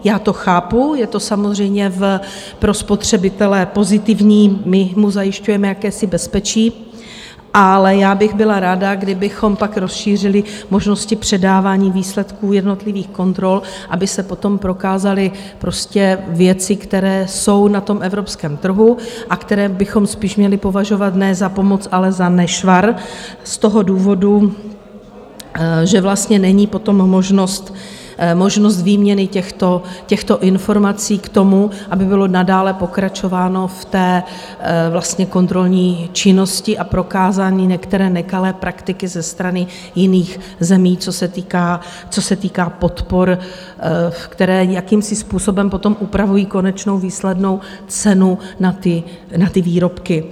Já to chápu, je to samozřejmě pro spotřebitele pozitivní, my mu zajišťujeme jakési bezpečí, ale já bych byla ráda, kdybychom pak rozšířili možnosti předávání výsledků jednotlivých kontrol, aby se potom prokázaly prostě věci, které jsou na tom evropském trhu a které bychom spíš měli považovat ne za pomoc, ale za nešvar z toho důvodu, že vlastně není potom možnost výměny těchto informací k tomu, aby bylo nadále pokračováno v té vlastně kontrolní činnosti a prokázání některých nekalých praktik ze strany jiných zemí, co se týká podpor, které jakýmsi způsobem potom upravují konečnou výslednou cenu na ty výrobky.